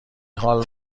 حال